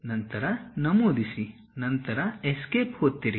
ನಂತರ ನಮೂದಿಸಿ ನಂತರ ಎಸ್ಕೇಪ್ ಒತ್ತಿರಿ